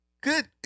Good